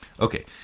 Okay